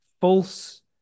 false